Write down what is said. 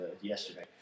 yesterday